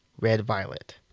red-violet